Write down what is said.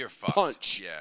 punch